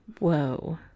whoa